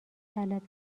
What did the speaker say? طلب